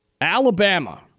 Alabama